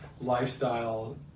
lifestyle